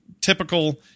typical